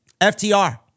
FTR